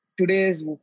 today's